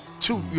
two